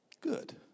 good